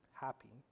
happy